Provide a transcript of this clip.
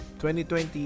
2020